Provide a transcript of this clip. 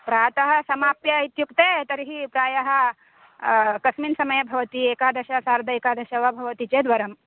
प्रातः समाप्य इत्युक्ते तर्हि प्रायः कस्मिन् समये भवति एकादश सार्धएकादश वा भवति चेत् वरम्